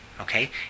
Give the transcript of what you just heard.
Okay